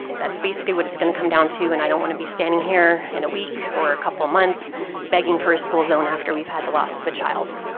that's basically what it's going to come down to, and don't want to be standing here in a week or a couple months begging for a school zone after we've had the loss of a child.